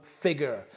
figure